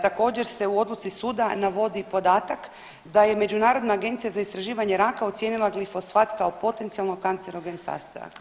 Također se u odluci suda navodi i podatak da je Međunarodna agencija za istraživanje raka ocijenila glifosfat kao potencijalno kancerogen sastojak.